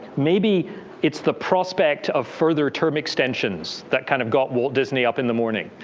maybe it's the prospect of further term extensions that kind of got walt disney up in the morning.